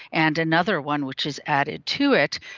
and another one which is added to it.